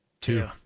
Two